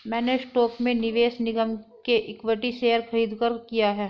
मैंने स्टॉक में निवेश निगम के इक्विटी शेयर खरीदकर किया है